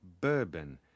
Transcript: bourbon